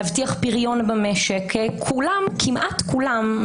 להבטיח פריון במשק כמעט כולם,